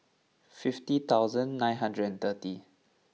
fifty thousand nine hundred and thirty